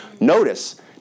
Notice